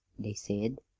they said.